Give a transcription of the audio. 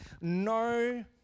no